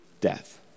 death